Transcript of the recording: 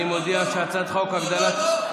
אני מודיע שהצעת חוק הגדלת,